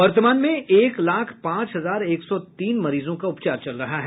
वर्तमान में एक लाख पांच हजार एक सौ तीन मरीजों का उपचार चल रहा है